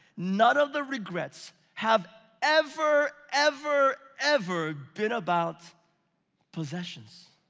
none of the regrets have ever ever ever been about possessions.